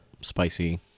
spicy